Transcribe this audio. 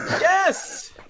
Yes